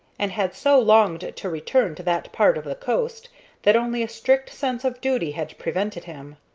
and had so longed to return to that part of the coast that only a strict sense of duty had prevented him.